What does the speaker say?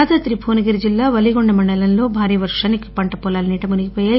యాదాద్రి భువనగిరి జిల్లా వలీగొండ మండలంలో భారీ వర్షానికి పంటపొలాలు నీట మునిగిపోయాయి